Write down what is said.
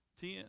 ten